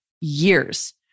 years